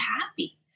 happy